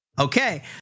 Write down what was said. okay